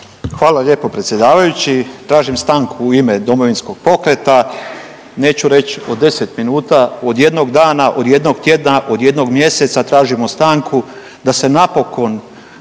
Hvala lijepo predsjedavajući. Tražim stanku u ime Domovinskog pokreta. Neću reći od 10 minuta, od jednog dana, od jednog tjedna, od jednog mjeseca tražimo stanku da se napokon